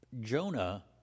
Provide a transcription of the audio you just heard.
Jonah